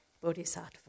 Bodhisattva